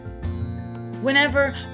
whenever